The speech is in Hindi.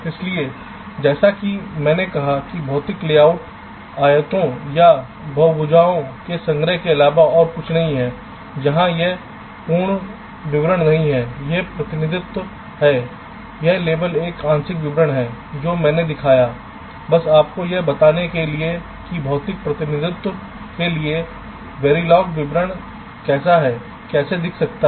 इसलिए जैसा कि मैंने कहा कि भौतिक लेआउट आयतों या बहुभुजों के संग्रह के अलावा और कुछ नहीं है जहां यह पूर्ण विवरण नहीं है यह प्रतिनिधित्व है यह केवल एक आंशिक विवरण है जो मैंने दिखाया है बस आपको यह बताने के लिए कि भौतिक प्रतिनिधित्व के लिए verilog विवरण कैसा है कैसा दिख सकता है